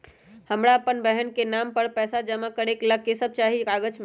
हमरा अपन बहन के नाम पर पैसा जमा करे ला कि सब चाहि कागज मे?